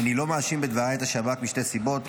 אני לא מאשים בדבריי את השב"כ משתי סיבות: